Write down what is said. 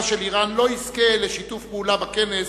של אירן לא יזכה לשיתוף פעולה בכנס,